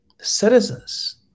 citizens